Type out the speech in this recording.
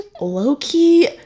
low-key